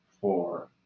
four